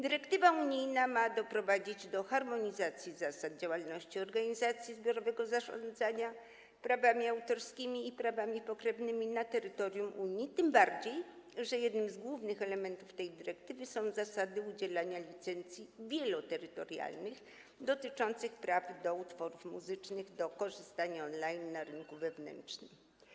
Dyrektywa unijna ma doprowadzić do harmonizacji zasad działalności organizacji zbiorowego zarządzania prawami autorskimi i prawami pokrewnymi na terytorium Unii, tym bardziej że jednym z głównych elementów tej dyrektywy są zasady udzielania licencji wieloterytorialnych, dotyczących praw do utworów muzycznych, do korzystania z nich on-line na rynku wewnętrznym.